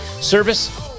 service